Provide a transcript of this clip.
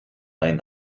ein